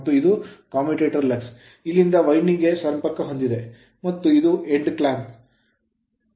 ಮತ್ತು ಇದು commutator lugs commutator lugs ಇಲ್ಲಿಂದ ವೈಂಡಿಂಗ್ ಗೆ ಸಂಪರ್ಕಹೊಂದಿದೆ ಮತ್ತು ಇದು end clamp ಎಂಡ್ ಕ್ಲಾಂಪ್ ಆಗಿದೆ